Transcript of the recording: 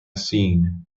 seen